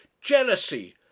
Jealousy